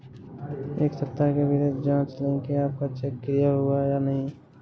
एक सप्ताह के भीतर जांच लें कि आपका चेक क्लियर हुआ है या नहीं